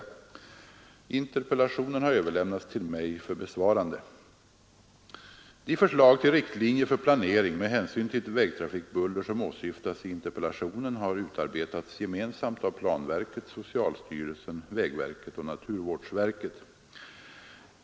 Interpellationen har överlämnats till mig för besvarande. De förslag till riktlinjer för planering med hänsyn till vägtrafikbuller som åsyftas i interpellationen har utarbetats gemensamt av planverket, socialstyrelsen, vägverket och naturvårdsverket.